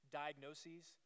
diagnoses